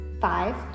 Five